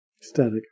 static